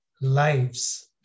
lives